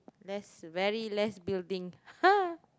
less very less building